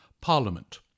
Parliament